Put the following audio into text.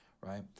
Right